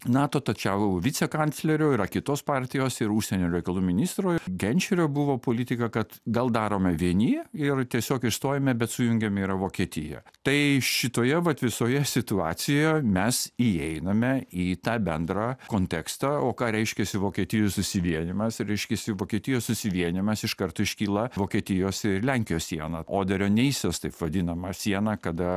nato tačiau vicekanclerio yra kitos partijos ir užsienio reikalų ministro ir genčelio buvo politika kad gal darome vieni ir tiesiog išstojome bet sujungiama yra vokietija tai šitoje vat visoje situacijoje mes įeiname į tą bendrą kontekstą o ką reiškiasi vokietijų susivienijimas reiškiasi vokietijų susivienijimas iš karto iškyla vokietijos ir lenkijos siena oderio taip vadinama siena kada